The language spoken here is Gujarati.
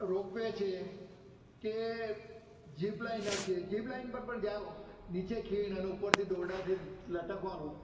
રોપવે છે કે જીપ લાઈનર છે જીપ લાઈન પર પણ જાઓ તો નીચે ખીણ અને ઉપર દોરડાથી લટકવાનું